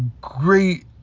great